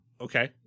Okay